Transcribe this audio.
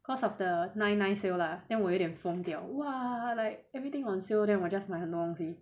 cause of the nine nine sale lah then 我有点疯掉 !wah! like everything on sale then 我 just 买很多东西